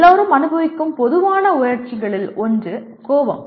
எல்லோரும் அனுபவிக்கும் பொதுவான உணர்ச்சிகளில் ஒன்று கோபம்